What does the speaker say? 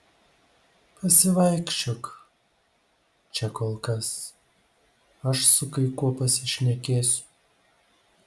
pasivaikščiok čia kol kas aš su kai kuo pasišnekėsiu